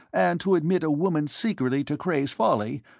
and to admit a woman secretly to cray's folly,